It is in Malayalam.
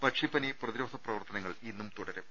പക്ഷിപ്പനി പ്രതിരോധ പ്രവർത്തനങ്ങൾ ഇന്നും തുടരും